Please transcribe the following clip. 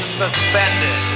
suspended